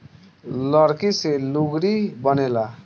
लकड़ी से लुगड़ी बनेला